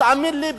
תאמין לי,